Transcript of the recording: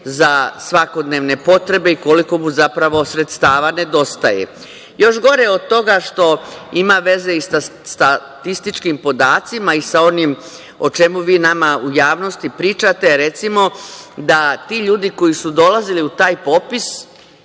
za svakodnevne potrebe i koliko mu zapravo sredstava nedostaje. Još gore od toga što ima veze i sa statističkim podacima i sa onim o čemu vi nama u javnosti pričate, recimo da ti ljudi koji su dolazili u taj popis,